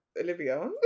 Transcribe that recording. Olivia